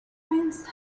prince